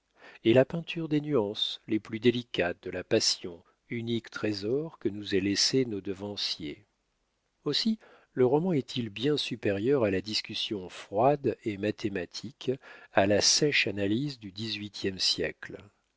et la peinture des nuances les plus délicates de la passion unique trésor que nous aient laissé nos devanciers aussi le roman est-il bien supérieur à la discussion froide et mathématique à la sèche analyse du dix-huitième siècle